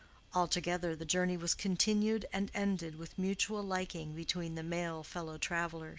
altogether, the journey was continued and ended with mutual liking between the male fellow-travellers.